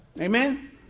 Amen